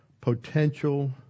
potential